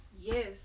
Yes